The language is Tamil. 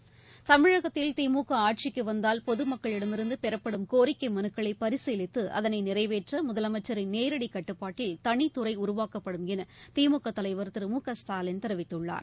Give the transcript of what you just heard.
தமிழகத்தில் திமுக ஆட்சிக்கு வந்தால் பொது மக்களிடமிருந்து பெறப்படும் கோரிக்கை மனுக்களை பரிசீலித்து அதனை நிறைவேற்ற முதலமைச்சரின் நேரடிக் கட்டுப்பாட்டில் தனித்துறை உருவாக்கப்படும் என திமுக தலைவர் திரு மு க ஸ்டாலின் தெரிவித்துள்ளார்